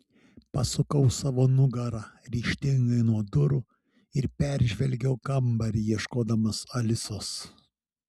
pasukau savo nugarą ryžtingai nuo durų ir peržvelgiau kambarį ieškodama alisos